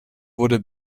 wurde